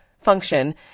function